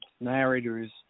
narrator's